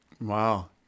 Wow